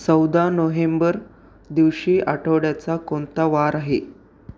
चौदा नोहेंबर दिवशी आठवड्याचा कोणता वार आहे